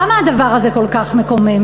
למה הדבר הזה כל כך מקומם?